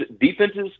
defenses